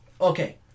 Okay